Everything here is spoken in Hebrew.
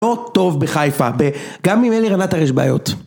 לא טוב בחיפה, גם עם אלי רנת הרי יש בעיות